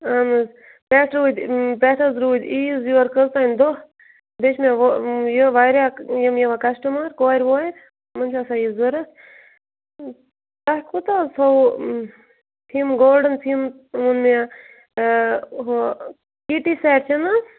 اہن حظ پٮ۪ٹھ روٗدۍ پٮ۪ٹھ حظ روٗدۍ عیٖز یورٕ کٔژ تام دۄہ بیٚیہِ چھِ مےٚ یہِ واریاہ یِم یِوان کَسٹَمَر کورِ وورِ یِمَن چھِ آسان یہِ ضوٚرَتھ تۄہہِ کوٗتاہ حظ تھوٚوُ فِم گولڈَن فِم مےٚ ہُہ کِٹی سٮ۪ٹ چھِنہٕ حظ